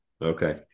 Okay